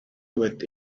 with